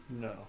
No